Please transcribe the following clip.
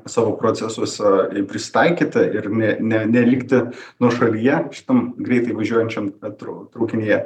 savo procesuose prisitaikyti ir ne ne nelikti nuošalyje šitam greitai važiuojančiam atr traukinyje